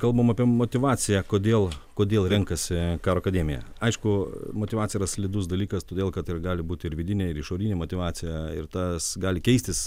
kalbam apie motyvaciją kodėl kodėl renkasi karo akademiją aišku motyvacija yra slidus dalykas todėl kad ir gali būt ir vidinė ir išorinė motyvacija ir tas gali keistis